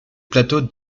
plateau